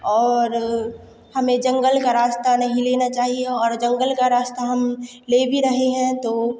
और हमें जंगल का रास्ता नहीं लेना चाहिए और जंगल का रास्ता हम ले भी रहे हैं तो